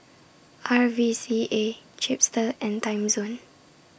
R V C A Chipster and Timezone